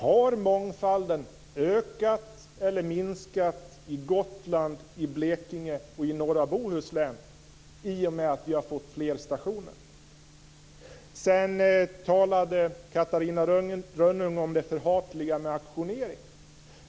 Har mångfalden ökat eller minskat i Gotland, Blekinge och Norra Bohuslän i och med att det har blivit fler stationer? Sedan talade Catarina Rönnung om det förhatliga med auktionering.